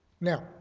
Now